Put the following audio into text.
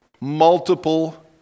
multiple